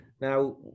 Now